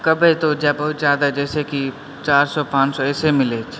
कबै तऽ ओ बहुत जादा जैसे कि चारि सए पाँच सए ऐसे मिलैछ